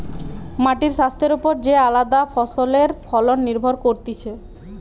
মাটির স্বাস্থ্যের ওপর যে আলদা ফসলের ফলন নির্ভর করতিছে